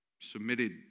submitted